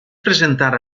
presentar